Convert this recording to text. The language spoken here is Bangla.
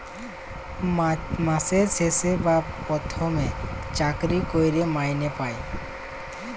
মাসের শেষে বা পথমে চাকরি ক্যইরে মাইলে পায়